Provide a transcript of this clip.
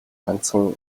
ганцхан